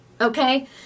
okay